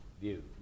view